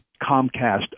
Comcast